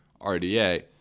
RDA